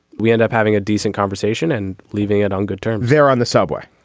we end up having a decent conversation and leaving it on good terms there on the subway.